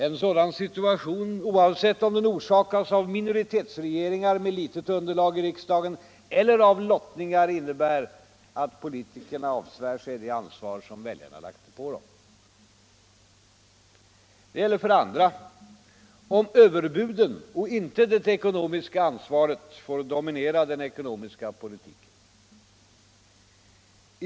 En sådan situation, oavsett om den orsakas av minoritetsregeringar med litet underlag i riksdagen eller av lottningar, innebär att politikerna avsvär sig det ansvar som väljarna lagt på dem. Det gäller, för det andra, om överbuden och inte det ekonomiska ansvaret får dominera den ekonomiska politiken.